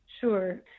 Sure